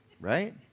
Right